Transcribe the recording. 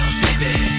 baby